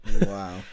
Wow